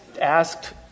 asked